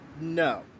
No